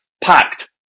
packed